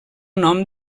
nom